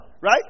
right